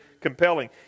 compelling